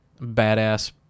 badass